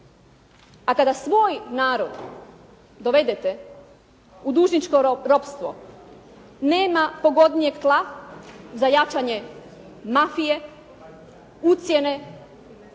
A kada svoj narod dovedete u dužničko ropstvo nema pogodnijeg tla za jačanje mafije, ucjene,